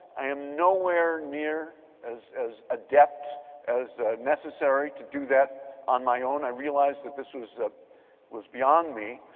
i am nowhere near as as adept as necessary to do that on my own, i realize that this was ah was beyond me.